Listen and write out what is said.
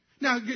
Now